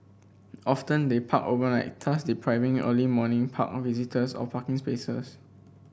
often they park overnight thus depriving early morning park on visitors of parking spaces